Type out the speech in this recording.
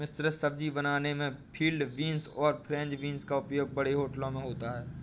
मिश्रित सब्जी बनाने में फील्ड बींस और फ्रेंच बींस का उपयोग बड़े होटलों में होता है